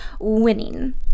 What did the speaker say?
winning